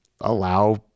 allow